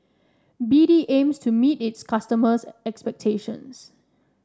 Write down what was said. B D aims to meet its customers' expectations